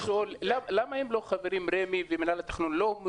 למה רמ"י ומנהל התכנון לא חברים?